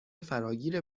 فراگیر